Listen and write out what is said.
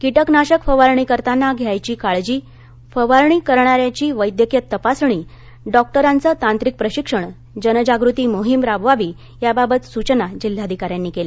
किटकनाशक फवारणी करतांना घ्यायची काळजी फवारणी करणाऱ्याची वैद्यकीय तपासणी डॉक्टरांच तांत्रिक प्रशिक्षण जनजागृती मोहीम राबवावी याबाबत सुचना जिल्हाधिका यांनी केल्या